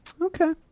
okay